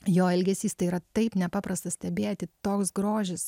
jo elgesys tai yra taip nepaprasta stebėti toks grožis